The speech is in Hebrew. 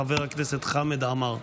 חבר הכנסת חמד עמאר.